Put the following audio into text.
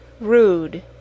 RUDE